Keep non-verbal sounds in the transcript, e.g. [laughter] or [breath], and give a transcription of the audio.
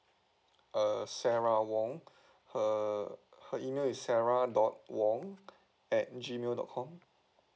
err sarah wong [breath] her uh her email is sarah dot wong at G mail dot com